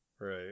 Right